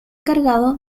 cargado